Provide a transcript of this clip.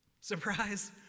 Surprise